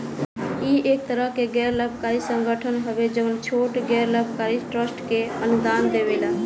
इ एक तरह के गैर लाभकारी संगठन हवे जवन छोट गैर लाभकारी ट्रस्ट के अनुदान देवेला